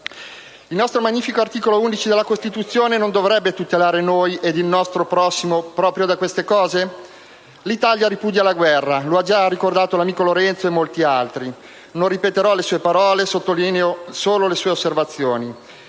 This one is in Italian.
Il nostro magnifico articolo 11 della Costituzione non dovrebbe tutelare noi ed il nostro prossimo proprio da queste cose? L'Italia ripudia la guerra. Lo ha già ricordato l'amico Lorenzo, come molti altri. Non ne ripeterò le parole, sottolineo solo le sue osservazioni: